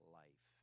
life